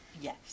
Yes